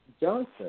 Johnson